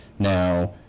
Now